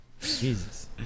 Jesus